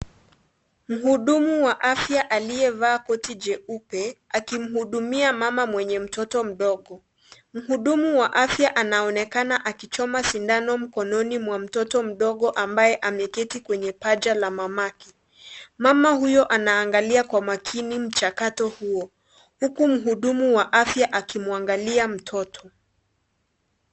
Muhudumu wa afya aliyevaa koti cheupe akimuhudumia mama mwenye mtoto mdogo, muhudumu wa afya anaonekana akimchoma sindano mkononi mwa mtoto mdogo ambaye ameketi kwenye paja la mamake, mama huyo anaangalia kwa makini mchakato huo huku muhudumu akimwangalia mtoto.